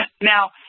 Now